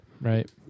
Right